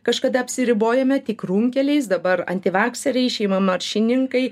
kažkada apsiribojome tik runkeliais dabar antivakseriai šeimamaršininkai